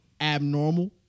abnormal